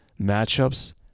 matchups